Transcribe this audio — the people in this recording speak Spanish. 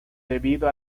debido